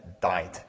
died